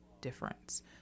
difference